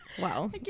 wow